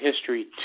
history